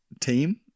team